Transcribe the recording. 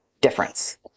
difference